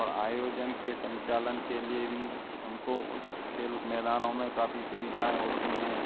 और आयोजन के संचालन के लिए भी हमको उस खेल मैदानों में काफ़ी सुविधाएं होती हैं